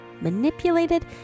manipulated